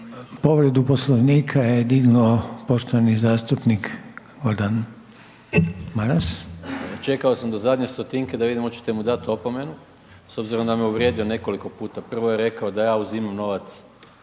Povredu poslovnika je dignuo poštovani zastupnik Gordan Maras. **Maras, Gordan (SDP)** Čekao sam do zadnje stotinke da vidim hoćete mu dat opomenu s obzirom da me uvrijedio nekoliko puta. Prvo je rekao da ja uzimam novac